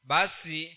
Basi